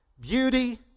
Beauty